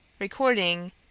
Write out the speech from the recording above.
Recording